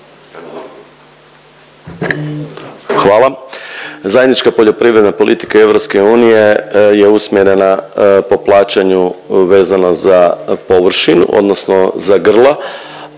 Hvala. Zajednička poljoprivredna politika EU je usmjerena po plaćanju vezano za površinu, odnosno za grla,